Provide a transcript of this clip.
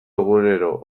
egunero